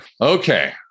Okay